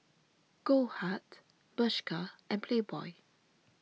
Goldheart Bershka and Playboy